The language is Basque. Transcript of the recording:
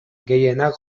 gehienak